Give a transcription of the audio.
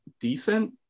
decent